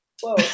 Whoa